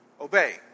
obey